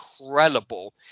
incredible